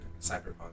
cyberpunk